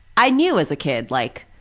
i knew as a kid, like,